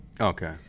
okay